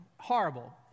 horrible